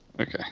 Okay